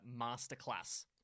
Masterclass